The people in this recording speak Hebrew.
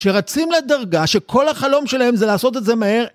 שרצים לדרגה שכל החלום שלהם זה לעשות את זה מהר.